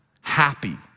happy